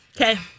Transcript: Okay